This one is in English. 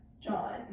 John